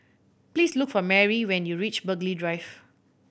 please look for Marry when you reach Burghley Drive